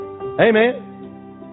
Amen